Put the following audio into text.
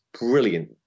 brilliant